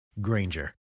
Granger